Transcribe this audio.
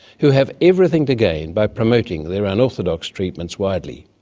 who have everything to gain by promoting their unorthodox treatments widely.